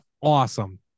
awesome